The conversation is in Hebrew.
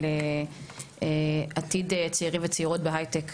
על עתיד צעירים וצעירות בהיי-טק,